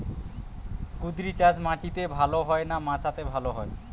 কুঁদরি চাষ মাটিতে ভালো হয় না মাচাতে ভালো হয়?